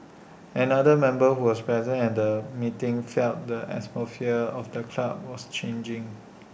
another member who was present at the meeting felt the atmosphere of the club was changing